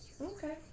okay